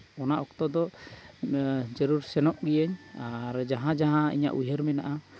ᱚᱱᱟ ᱚᱠᱛᱚ ᱫᱚ ᱡᱟᱹᱨᱩᱲ ᱥᱮᱱᱚᱜ ᱜᱤᱭᱟᱹᱧ ᱟᱨ ᱡᱟᱦᱟᱸ ᱡᱟᱦᱟᱸ ᱤᱧᱟᱹᱜ ᱩᱭᱦᱟᱹᱨ ᱢᱮᱱᱟᱜᱼᱟ